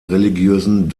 religiösen